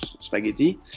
spaghetti